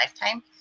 lifetime